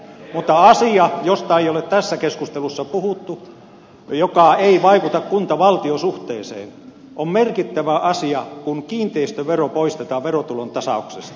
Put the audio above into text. mutta merkittävä asia josta ei ole tässä keskustelussa puhuttu ja joka ei vaikuta kuntavaltio suhteeseen on se että kiinteistövero poistetaan verotulon tasauksesta